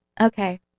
Okay